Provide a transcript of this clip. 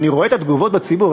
אני רואה את התגובות בציבור,